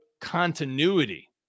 continuity